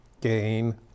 gain